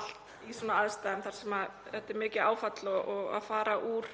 það er mikið áfall að fara úr